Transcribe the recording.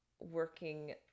working